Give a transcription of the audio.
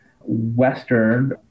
Western